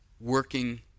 working